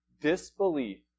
Disbelief